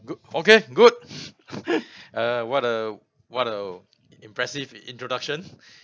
good okay good uh what a what a impressive introduction